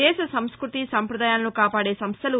దేశ సంస్మృతి సంప్రదాయాలను కాపాడే సంస్థలు